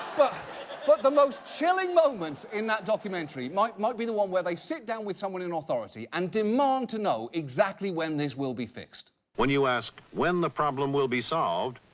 but the most chilling moment in that documentary might might be the one where they sit down with someone in authority, and demand to know exactly when this will be fixed. narrator when you ask when the problem will be solved,